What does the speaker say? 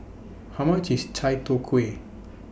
How much IS Chai Tow Kway